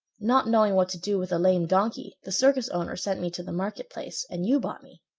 not knowing what to do with a lame donkey, the circus owner sent me to the market place and you bought me.